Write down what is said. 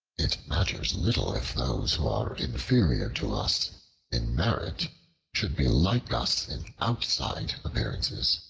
it matters little if those who are inferior to us in merit should be like us in outside appearances.